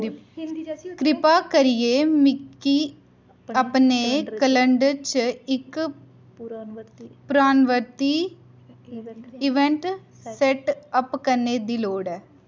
किरपा करियै मिगी अपने कैलेंडर च इक पुनरावर्ती ईवेंट सेट अप करने दी लोड़ ऐ